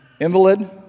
invalid